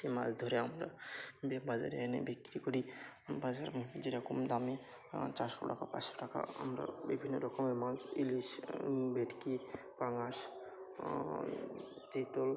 সে মাছ ধরে আমরা বাজারে এনে বিক্রি করি বাজার যে রকম দামে চারশো টাকা পাঁচশো টাকা আমরা বিভিন্ন রকমের মাছ ইলিশ ভেটকি পাঙাশ চিতল